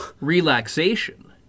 relaxation